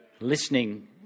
listening